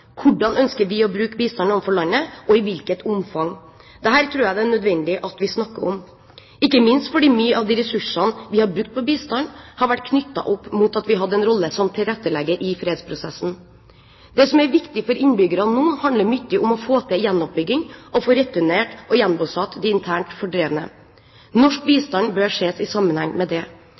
Hvordan ønsker vi å bruke bistand overfor landet, og i hvilket omfang? Dette tror jeg det er nødvendig at vi snakker om, ikke minst fordi mye av de ressursene vi har brukt på bistand, har vært knyttet opp mot at vi hadde en rolle som tilrettelegger i fredsprosessen. Det som er viktig for innbyggerne nå, handler mye om å få til gjenoppbygging og få returnert og gjenbosatt de internt fordrevne. Norsk bistand bør ses i sammenheng med det.